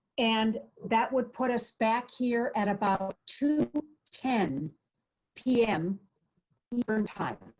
and that would put us back here at about ah two ten pm eastern time.